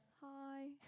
Hi